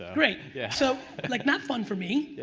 great, yeah so like not fun for me,